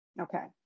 Okay